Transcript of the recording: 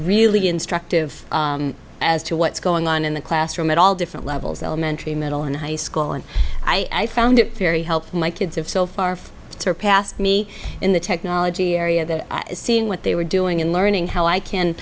really instructive as to what's going on in the classroom at all different levels elementary middle and high school and i found it very helpful my kids have so far surpassed me in the technology area that is seeing what they were doing and learning how i can